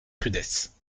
rudesse